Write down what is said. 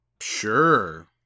Sure